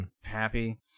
happy